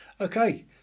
okay